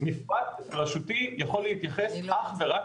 מפרט רשותי יכול להתייחס אך ורק